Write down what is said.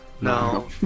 no